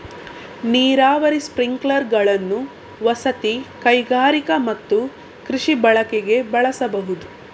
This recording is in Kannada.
ನೀರಾವರಿ ಸ್ಪ್ರಿಂಕ್ಲರುಗಳನ್ನು ವಸತಿ, ಕೈಗಾರಿಕಾ ಮತ್ತು ಕೃಷಿ ಬಳಕೆಗೆ ಬಳಸಬಹುದು